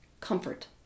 Comfort